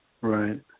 Right